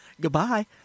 Goodbye